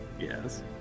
Yes